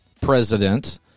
president